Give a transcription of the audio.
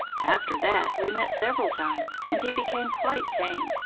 after that we met several times, and he became quite tame.